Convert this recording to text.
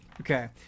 Okay